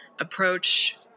approach